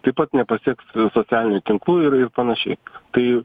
taip pat nepasieks socialinių tinklų ir ir panašiai tai